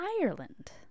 Ireland